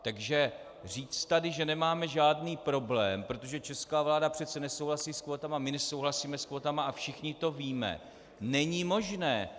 Takže říct tady, že nemáme žádný problém, protože česká vláda přece nesouhlasí s kvótami, my nesouhlasíme s kvótami a všichni to víme, není možné.